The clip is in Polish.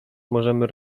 możemy